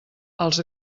els